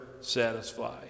satisfy